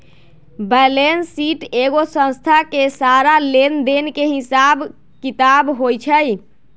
balance sheet एगो संस्था के सारा लेन देन के हिसाब किताब होई छई